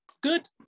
Good